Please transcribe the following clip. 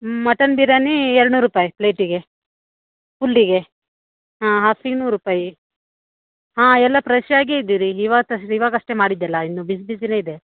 mutton biryani ಎರಡು ನೂರು ರೂಪಾಯಿ ಪ್ಲೇಟಿಗೆ ಫುಲ್ಲಿಗೆ ಹಾಂ ಹಾಫಿಗೆ ನೂರು ರೂಪಾಯಿ ಹಾಂ ಎಲ್ಲ ಫ್ರೆಶ್ಶಾಗೇ ಇದೆ ರೀ ಇವತ್ತು ಇವಾಗಷ್ಟೇ ಮಾಡಿದ್ದಲಾ ಇನ್ನೂ ಬಿಸಿಬಿಸಿಯೇ ಇದೆ